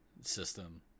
system